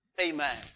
Amen